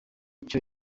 icyo